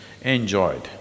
enjoyed